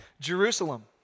Jerusalem